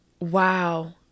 Wow